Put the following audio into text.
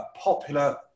popular